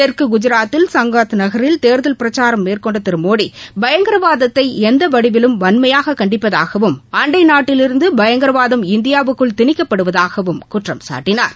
தெற்கு குஜராத்தில் சங்காத் நகரில் தேர்தல் பிரச்சாரம் மேற்கொண்ட திரு மோடி பயங்கரவாதத்தை எந்த வடிவிலும் வன்மையாக கண்டிப்பதாகவும் அண்டைநாட்டிலிருந்து பயங்கரவாதம் இந்தியாவுக்குள் திணிக்கப்படுவதாகவும் குற்றம் சாட்டினார்